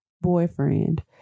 boyfriend